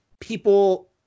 people